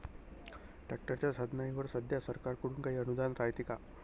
ट्रॅक्टरच्या साधनाईवर सध्या सरकार कडून काही अनुदान रायते का?